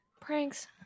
Pranks